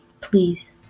please